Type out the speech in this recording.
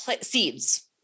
seeds